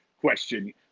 question